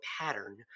pattern